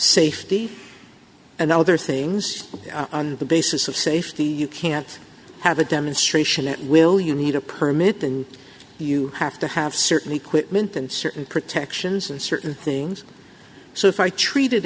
safety and other things on the basis of safety you can't have a demonstration at will you need a permit and you have to have certainly quick meant in certain protections and certain things so if i treated